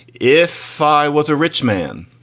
if phi was a rich man,